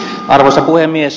arvoisa puhemies